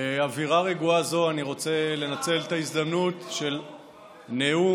באווירה רגועה זו אני רוצה לנצל את ההזדמנות של נאום